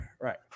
right